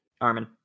Armin